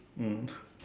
mm